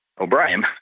O'Brien